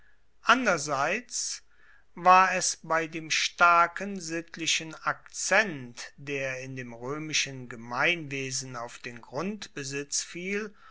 anderseits war es bei dem starken sittlichen akzent der in dem roemischen gemeinwesen auf den grundbesitz fiel